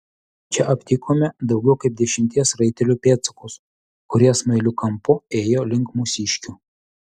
čia aptikome daugiau kaip dešimties raitelių pėdsakus kurie smailiu kampu ėjo link mūsiškių